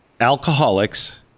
alcoholics